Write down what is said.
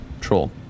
troll